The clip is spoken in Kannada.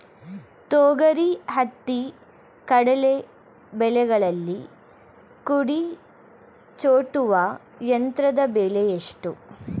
ತೊಗರಿ, ಹತ್ತಿ, ಕಡಲೆ ಬೆಳೆಗಳಲ್ಲಿ ಕುಡಿ ಚೂಟುವ ಯಂತ್ರದ ಬೆಲೆ ಎಷ್ಟು?